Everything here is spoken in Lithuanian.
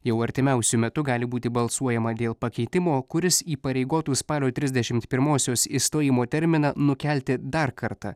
jau artimiausiu metu gali būti balsuojama dėl pakeitimo kuris įpareigotų spalio trisdešimt pirmosios išstojimo terminą nukelti dar kartą